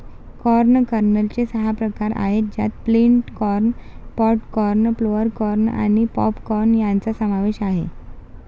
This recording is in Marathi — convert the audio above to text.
कॉर्न कर्नलचे सहा प्रकार आहेत ज्यात flint corn, pod corn, flour corn आणि पॉप कॉर्न यांचा समावेश आहे